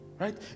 Right